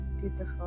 beautiful